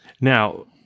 Now